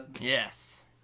Yes